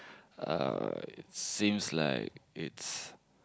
uh it seems like it's